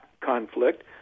conflict